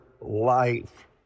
Life